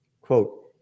Quote